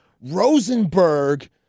Rosenberg